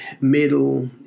middle